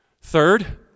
Third